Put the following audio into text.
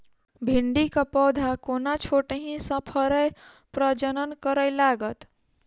भिंडीक पौधा कोना छोटहि सँ फरय प्रजनन करै लागत?